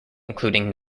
including